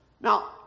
Now